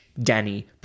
danny